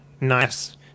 nice